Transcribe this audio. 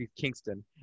kingston